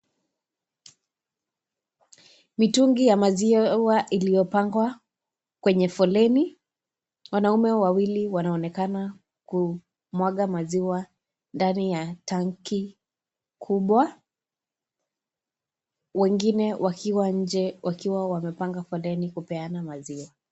Mitungi ya maziwa iliyopangwa kwenye foleni. Wanaume wawili wanaonekana kumwaga maziwa ndani ya tangi kubwa, wengine wakiwa nje wakiwa wamepanga kwa laini kupeana maziwa.